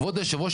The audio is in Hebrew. כבוד יושב הראש,